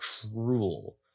cruel